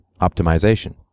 optimization